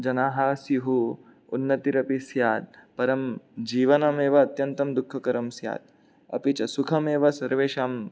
जनाः स्युः उन्नतिरपि स्यात् परं जीवनमेव अत्यन्तं दुःखकरं स्यात् अपि च सुखमेव सर्वेषां